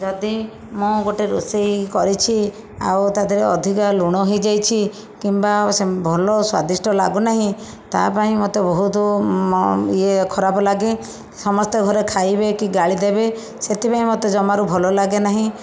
ଯଦି ମୁଁ ଗୋଟିଏ ରୋଷେଇ କରିଛି ଆଉ ତା ଦେହରେ ଅଧିକା ଲୁଣ ହୋଇ ଯାଇଛି କିମ୍ବା ସେ ଭଲ ସ୍ଵାଦିଷ୍ଟ ଲାଗୁ ନାହିଁ ତାହା ପାଇଁ ମୋତେ ବହୁତ ଇଏ ଖରାପ ଲାଗେ ସମସ୍ତେ ଘରେ ଖାଇବେ କି ଗାଳିଦେବେ ସେଥିପାଇଁ ମୋତେ ଜମାରୁ ଭଲ ଲାଗେ ନାହିଁ